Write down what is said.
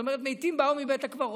זאת אומרת, מתים באו מבית הקברות.